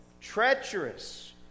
treacherous